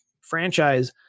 franchise